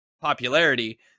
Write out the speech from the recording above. popularity